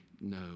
no